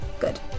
Good